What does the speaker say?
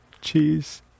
cheese